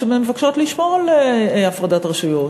שמבקשות לשמור על הפרדת רשויות.